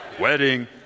Wedding